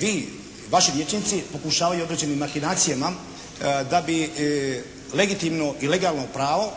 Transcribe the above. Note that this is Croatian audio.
vi, vaši vijećnici pokušavaju određenim makinacijama da bi legitimno i legalno pravo